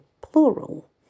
plural